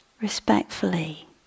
respectfully